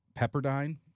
Pepperdine